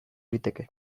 liteke